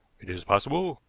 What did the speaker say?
it is possible,